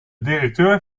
directeur